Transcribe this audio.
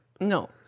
No